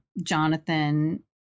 Jonathan